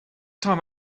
time